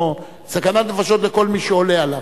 סכנת נפשות לכל מי שעולה עליו.